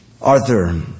Arthur